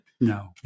No